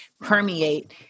permeate